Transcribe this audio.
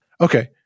Okay